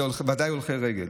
בוודאי להולכי רגל.